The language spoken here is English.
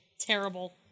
Terrible